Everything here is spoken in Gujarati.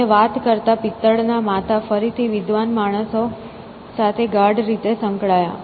અને વાત કરતા પિત્તળના માથા ફરીથી વિદ્વાન માણસ સાથે ગાઢ રીતે સંકળાયા